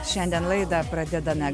šiandien laidą pradedame